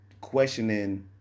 questioning